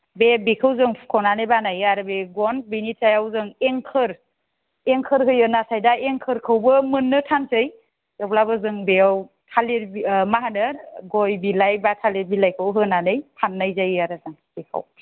बे बेखौ जों हुख'नानै बानायो आरो बे गन बेनि सायाव जों एंखोर एंखोर होयो नाथाय दा एंखोरखौबो मोननो थानसै थेवब्लाबो जों बेयाव थालिर मा होनो गय बिलाइ बा थालिर बिलाइखौ होनानै फाननाय जायो आरो दा बेखौ